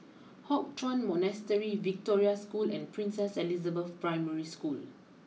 Hock Chuan Monastery Victoria School and Princess Elizabeth Primary School